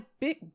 big